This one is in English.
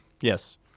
Yes